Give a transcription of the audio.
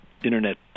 internet